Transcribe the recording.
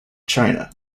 china